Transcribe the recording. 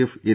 F N